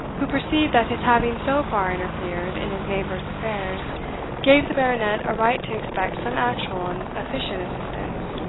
who perceived that his having so far interfered in his neighbours affairs gave the baronet a right to expect some actual and efficient assistance,